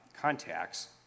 contacts